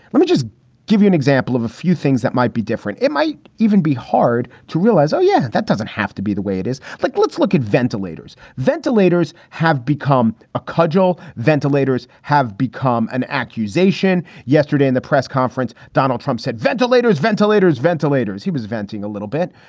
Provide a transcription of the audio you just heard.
let me just give you an example of a few things that might be different. it might even be hard to realize. oh, yeah, that doesn't have to be the way it is. like let's look at ventilators. ventilators have become a cudgel. ventilators have become an accusation. yesterday in the press conference. donald trump said ventilator is ventilators, ventilators. he was venting a little bit,